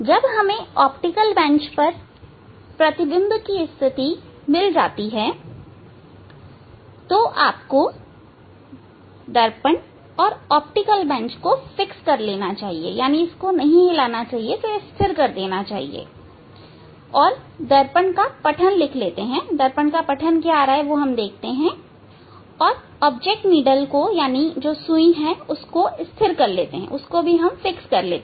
जब हमे optical bench पर प्रतिबिंब की स्थिति मिल जाती है आपको दर्पण और ऑप्टिकल बेंच को स्थिर कर लेना चाहिए दर्पण का पठन लिखें और सुई वस्तु को स्थिर कर लें